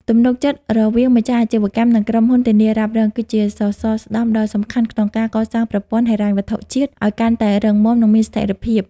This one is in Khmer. ទំនុកចិត្តរវាងម្ចាស់អាជីវកម្ម និងក្រុមហ៊ុនធានារ៉ាប់រង គឺជាសសរស្តម្ភដ៏សំខាន់ក្នុងការកសាងប្រព័ន្ធហិរញ្ញវត្ថុជាតិឱ្យកាន់តែរឹងមាំ និងមានស្ថិរភាព។